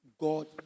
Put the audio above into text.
God